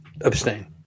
Abstain